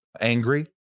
angry